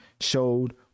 showed